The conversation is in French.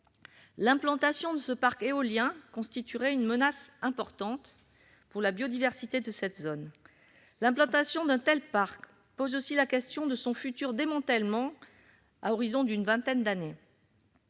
L'implantation de ce parc éolien constituerait une menace importante pour la biodiversité de cette zone. Elle pose aussi la question de son futur démantèlement à l'horizon d'une vingtaine d'années.